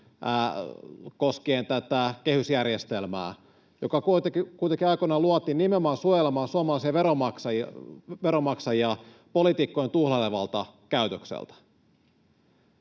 koskien kehysjärjestelmää, joka kuitenkin aikoinaan luotiin nimenomaan suojelemaan suomalaisia veronmaksajia politiikkojen tuhlailevalta käytökseltä.